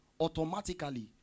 automatically